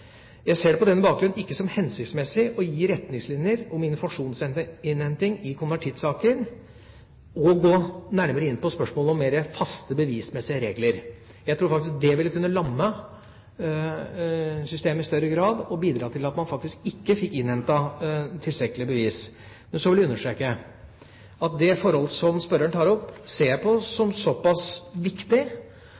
Jeg ser det på den bakgrunn ikke som hensiktsmessig å gi retningslinjer om informasjonshenting i konvertittsaker og å gå nærmere inn på spørsmålet om mer faste bevismessige regler. Jeg tror faktisk det vil kunne lamme systemet i større grad og bidra til at man ikke fikk innhentet tilstrekkelige bevis. Men så vil jeg understreke at det forhold som spørreren tar opp, ser jeg på som